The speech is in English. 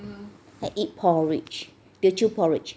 I eat porridge teochew porridge